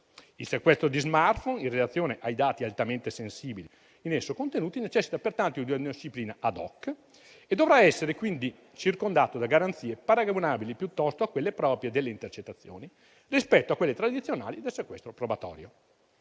Il sequestro di *smartphone*, in relazione ai dati altamente sensibili in esso contenuti, necessita pertanto di disciplina *ad hoc* e dovrà essere quindi circondato da garanzie paragonabili piuttosto a quelle proprie delle intercettazioni rispetto a quelle tradizionali del sequestro probatorio.